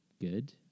good